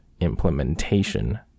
Implementation